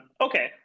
Okay